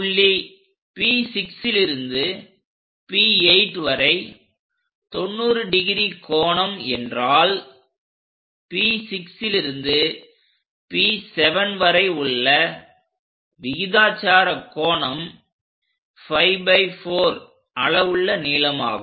புள்ளி P6லிருந்து P8 வரை 90° கோணம் என்றால் P6 லிருந்து P7 வரை உள்ள விகிதாச்சார கோணம் 𝝅4 அளவுள்ள நீளமாகும்